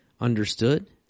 understood